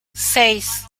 seis